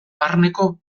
barneko